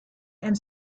and